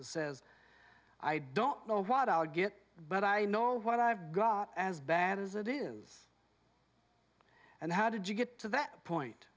says i don't know what i'll get but i know what i've got as bad as it is and how did you get to that point